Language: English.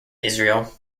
israel